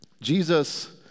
Jesus